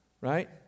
Right